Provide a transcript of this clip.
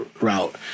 route